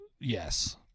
Yes